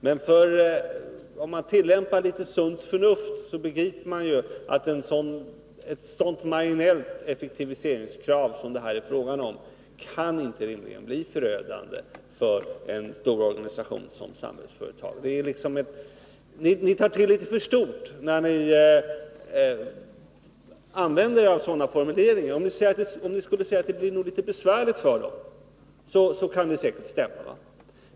Men om man tillämpar litet sunt förnuft, så begriper man att ett så marginellt effektiviseringskrav som det här är fråga om rimligen inte kan bli förödande för en stor organisation som Samhällsföretag. Ni tar till litet för stort när ni använder er av sådana formuleringar. Om ni skulle säga att det kan bli litet besvärligt, så kan det säkerligen stämma.